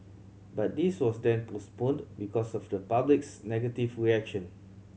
but this was then postponed because of the public's negative reaction